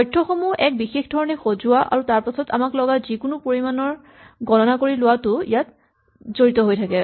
তথ্যসমূহ এক বিশেষ ধৰণে সজোৱা আৰু তাৰপাছত আমাক লগা যিকোনো পৰিমাণৰ গণনা কৰি লোৱাটোও ইয়াত জড়িত হৈ থাকে